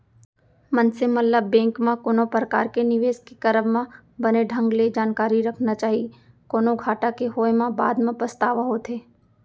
मनसे मन ल बेंक म कोनो परकार के निवेस के करब म बने ढंग ले जानकारी रखना चाही, कोनो घाटा के होय म बाद म पछतावा होथे